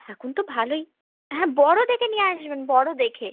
এখন তো ভালোই হ্যাঁ বড় দেখে নিয়ে আসবেন বড় দেখে